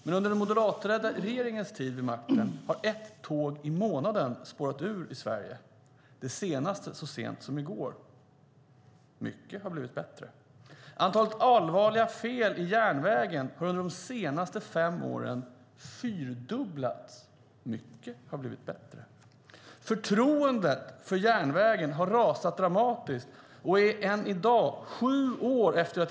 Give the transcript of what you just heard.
Men under den moderatledda regeringens tid vid makten har ett tåg i månaden spårat ur i Sverige, det senaste så sent som i går. Mycket har blivit bättre. Antalet allvarliga fel på järnvägen har under de senaste fem åren fyrdubblats. Mycket har blivit bättre. Förtroendet för järnvägen har rasat dramatiskt.